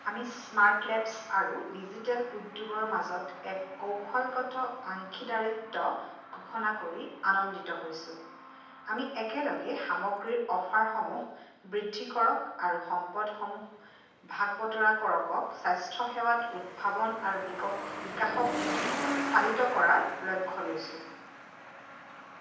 আমি স্মাৰ্টলেব্ছ আৰু ডিজিটেল উদ্যোগৰ মাজত এক কৌশলগত অংশীদাৰিত্ব ঘোষণা কৰি আনন্দিত হৈছোঁ আমি একেলগে সামগ্ৰীৰ অফাৰসমূহ বৃদ্ধি কৰক আৰু সম্পদসমূহ ভাগ বতৰা কৰকক স্বাস্থ্যসেৱাত উদ্ভাৱন আৰু বিকাশক চালিত কৰাৰ লক্ষ্য লৈছোঁ